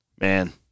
Man